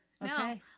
no